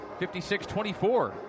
56-24